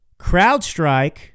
CrowdStrike